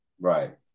Right